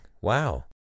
wow